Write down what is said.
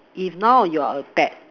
if not you're a bat